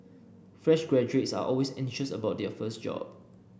fresh graduates are always anxious about their first job